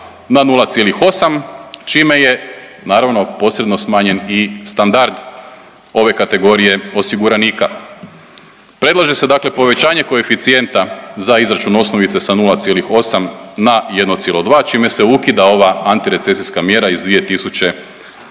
na 0,8 čime je naravno posredno smanjen i standard ove kategorije osiguranika. Predlaže se dakle povećanje koeficijenta za izračun osnovice sa 0,8 na 1,2 čime se ukida ova anti recesijska mjera iz 2009.